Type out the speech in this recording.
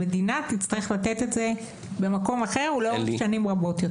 המדינה תצטרך לתת את זה במקום אחר ולאורך שנים רבות יותר.